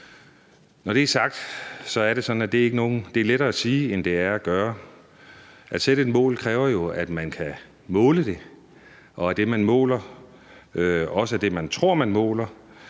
Når det er sagt, er det sådan, at det er lettere at sige det, end det er at gøre det. At sætte et mål kræver jo, at man kan måle det, og at det, man måler, også er det, man tror man måler.